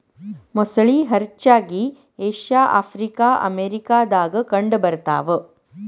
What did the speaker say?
ಮೊಸಳಿ ಹರಚ್ಚಾಗಿ Asia Africa America ದಾಗ ಕಂಡ ಬರತಾವ